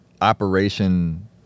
operation